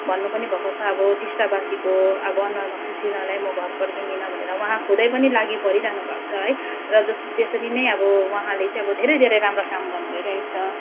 भन्नु पनि भएको छ अब टिस्टावासीको अब अनुहारमा खुसी नल्याई म घर फर्किँदिनँ भनेर उहाँ खुदै पनि लागि परिरहनु भएको छ है र जस त्यसरी नै अब उहाँले चाहिँ अब धेरै धेरै राम्रो काम गर्नु भइरहेको छ